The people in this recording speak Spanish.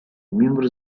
miembros